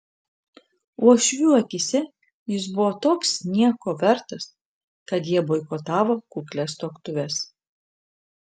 uošvių akyse jis buvo toks nieko vertas kad jie boikotavo kuklias tuoktuves